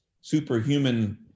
superhuman